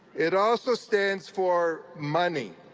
it also stands for money.